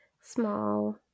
small